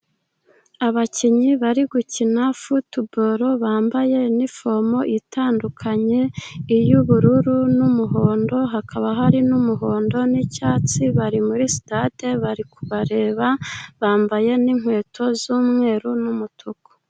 Abakinnyi bari gukina futu boro, bambaye inifomo itandukanye iy'ubururu n'umuhondo, hakaba hari n'umuhondo n'icyatsi, bari muri sitade bari kubareba bambaye n'inkweto z'umweru n'umutuku.